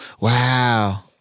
Wow